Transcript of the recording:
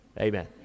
Amen